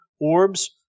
orbs